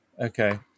Okay